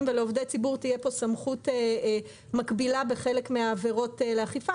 ולעובדי ציבור תהיה פה סמכות מקבילה בחלק מהעבירות לאכיפה,